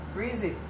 Breezy